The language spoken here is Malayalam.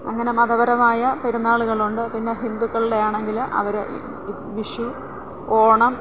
അങ്ങനെ മതപരമായ പെരുന്നാളുകളുണ്ട് പിന്നെ ഹിന്ദുക്കളുടെ ആണെങ്കിൽ അവർ വിഷു ഓണം